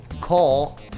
call